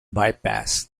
bypass